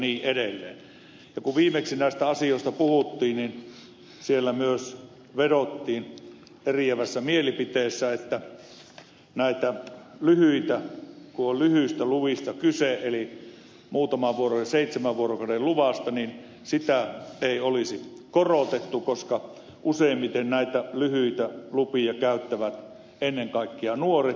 kun viimeksi näistä asioista puhuttiin niin siellä myös vedottiin eriävässä mielipiteessä että kun on lyhyistä luvista kyse eli seitsemän vuorokauden luvasta niin sitä ei olisi korotettu koska useimmiten näitä lyhyitä lupia käyttävät ennen kaikkea nuoret